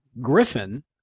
Griffin